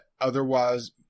otherwise